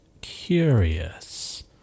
Curious